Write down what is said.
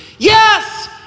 Yes